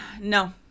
No